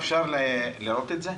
אפשר לראות את זה?